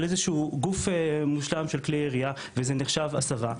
איזה גוף מושלב של כלי ירייה וזה נחשב הסבה,